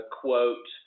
quote